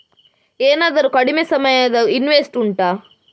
ಏನಾದರೂ ಕಡಿಮೆ ಸಮಯದ ಇನ್ವೆಸ್ಟ್ ಉಂಟಾ